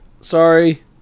Sorry